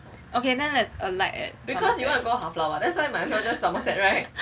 okay then let's alight at err